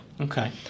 okay